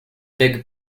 big